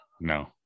No